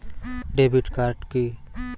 Debit card কি?